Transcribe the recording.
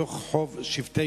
בתוך רחוב שבטי-ישראל.